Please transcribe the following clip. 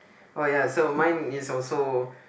oh ya so mine is also